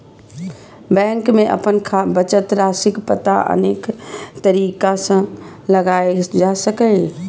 bank मे अपन बचत राशिक पता अनेक तरीका सं लगाएल जा सकैए